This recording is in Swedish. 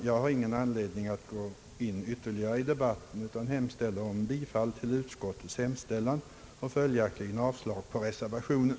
Jag har inte någon anledning att gå in ytterligare i debatten utan yrkar bifall till utskottets hemställan och följaktligen avslag på reservationen.